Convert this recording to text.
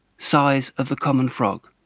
size of a common frog'.